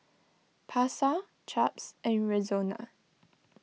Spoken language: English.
Pasar Chaps and Rexona